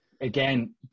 again